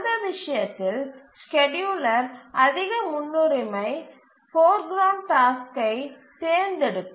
அந்த விஷயத்தில் ஸ்கேட்யூலர் அதிக முன்னுரிமை போர் கிரவுண்ட் டாஸ்க்கை த் தேர்ந்தெடுக்கும்